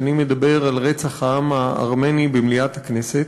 שאני מדבר על רצח העם הארמני במליאת הכנסת.